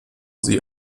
sie